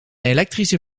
elektrische